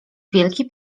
wielki